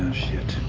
shit.